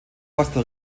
costa